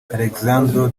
alessandro